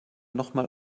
nochmal